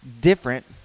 different